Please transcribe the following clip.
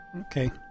Okay